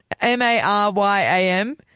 M-A-R-Y-A-M